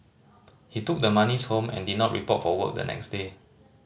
he took the monies home and did not report for work the next day